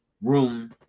room